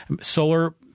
Solar